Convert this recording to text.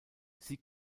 sie